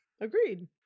Agreed